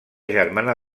germana